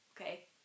Okay